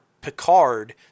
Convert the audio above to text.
Picard